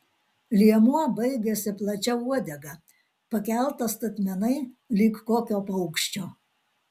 liemuo baigėsi plačia uodega pakelta statmenai lyg kokio paukščio